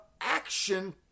action